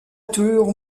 tour